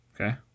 Okay